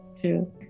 true